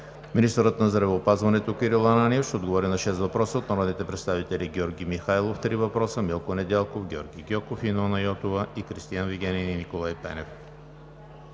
министърът на здравеопазването Кирил Ананиев ще отговори на шест въпроса от народните представители Георги Михайлов – три въпроса; Милко Недялков; Георги Гьоков и Нона Йотова; и Кристиан Вигенин и Николай Пенев;